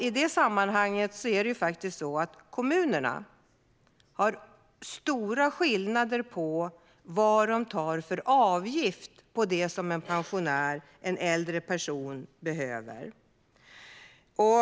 I det sammanhanget råder stora skillnader mellan kommunerna i vad de tar ut för avgifter på det som en pensionär, en äldre person, behöver.